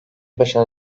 başına